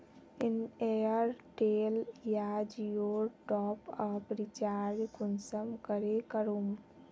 Airtel या जियोर top up recharge कुंसम करे करूम?